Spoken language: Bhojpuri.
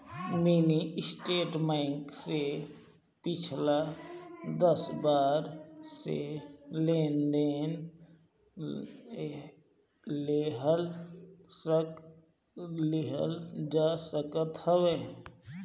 मिनी स्टेटमेंट से पिछला दस बार के लेनदेन के जानकारी लेहल जा सकत हवे